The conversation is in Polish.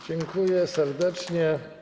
Dziękuję serdecznie.